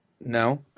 No